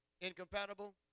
incompatible